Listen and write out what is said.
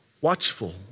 watchful